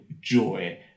joy